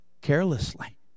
carelessly